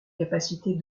capacité